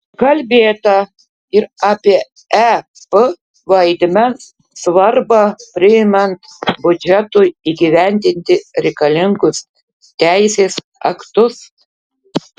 kalbėta ir apie ep vaidmens svarbą priimant biudžetui įgyvendinti reikalingus teisės aktus